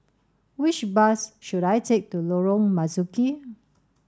which bus should I take to Lorong Marzuki